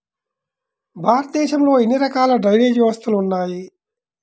భారతదేశంలో ఎన్ని రకాల డ్రైనేజ్ వ్యవస్థలు ఉన్నాయి?